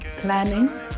planning